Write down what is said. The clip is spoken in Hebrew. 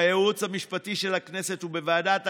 בייעוץ המשפטי של הכנסת ובוועדת הכספים,